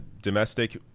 domestic